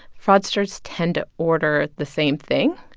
fraudsters tend to order the same thing,